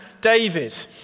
David